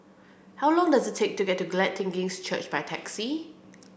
how long does it take to get to Glad Tidings Church by taxi